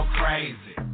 crazy